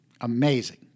amazing